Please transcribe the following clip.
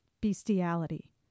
bestiality